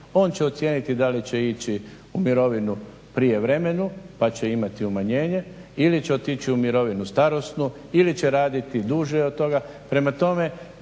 On će ocijeniti da li će ići u mirovinu prijevremenu pa će imati umanjenje ili će otići u mirovinu starosnu ili će raditi duže od toga.